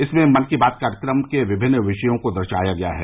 इसमें मन की बात कार्यक्रम के विभिन्न विषयों को दर्शाया गया है